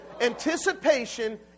anticipation